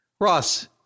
Ross